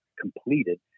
completed